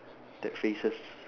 that faces